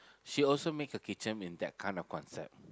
she also make a kitchen in that kind of concept